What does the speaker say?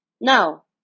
No